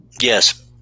Yes